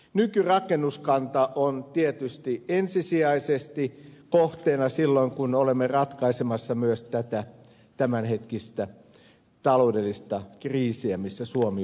nykyrakennuskanta on tietysti ensisijaisesti kohteena silloin kun olemme ratkaisemassa myös tätä tämänhetkistä taloudellista kriisiä missä suomi on mukana